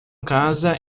casa